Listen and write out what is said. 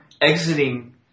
exiting